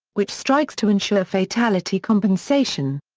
which strikes to ensure fatality compensation.